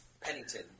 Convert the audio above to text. Pennington